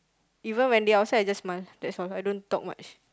even when they outside just smile that's all I don't talk much